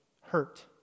hurt